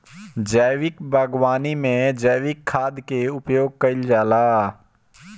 जैविक बागवानी में जैविक खाद कअ उपयोग कइल जाला